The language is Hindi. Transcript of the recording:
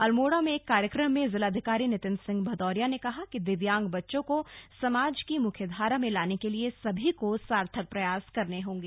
अल्मोड़ा में एक कार्यक्रम में जिलाधिकारी नितिन सिंह भदौरिया ने कहा कि दिव्यांग बच्चों को समाज की मुख्यधारा में लाने के लिए सभी को सार्थक प्रयास करने होंगे